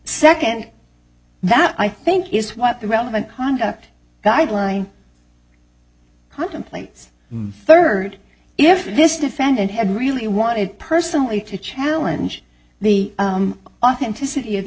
second that i think is what the relevant conduct guideline contemplates third if this defendant had really wanted personally to challenge the authe